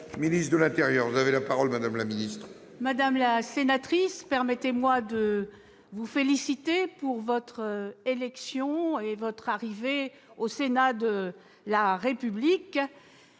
Madame la sénatrice, permettez-moi de vous féliciter pour votre élection au Sénat de la République.